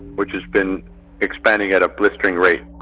which has been expanding at a blistering rate.